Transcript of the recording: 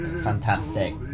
fantastic